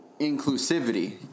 inclusivity